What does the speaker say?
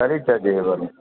service charge இது வருங்க sir